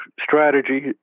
strategy